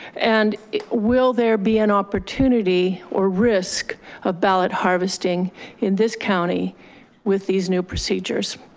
and will there be an opportunity or risk of ballot harvesting in this county with these new procedures?